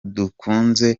dukunze